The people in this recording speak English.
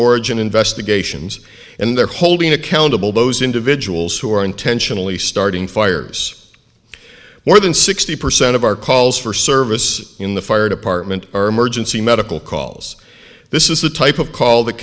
origin investigations and they're holding accountable those individuals who are intentionally starting fires more than sixty percent of our calls for service in the fire department are emergency medical calls this is the type of call